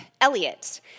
Elliot